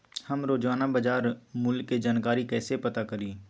हम रोजाना बाजार मूल्य के जानकारी कईसे पता करी?